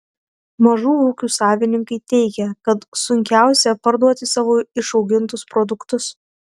mažų ūkių savininkai teigia kad sunkiausia parduoti savo išaugintus produktus